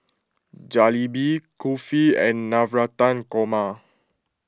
Jalebi Kulfi and Navratan Korma